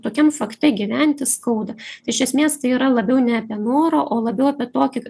tokiam fakte gyventi skauda iš esmės tai yra labiau net ne noro o labiau apie tokį